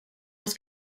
was